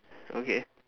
okay